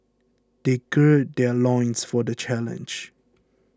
they gird their loins for the challenge